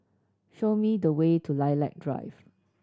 show me the way to Lilac Drive